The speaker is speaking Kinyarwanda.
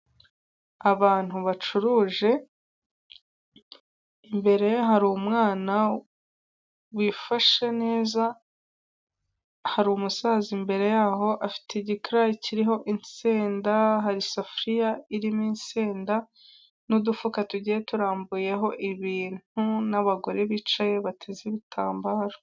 Abantu bacuruje, imbere ye hari umwana wifashe neza, harumu umusaza imbere yaho afite igikarayi kiriho insenda, hari isafuriya irimo inseda n'udufuka tugiye turambuyeho ibintu n'abagore bicaye bateze ibitambaro.